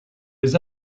his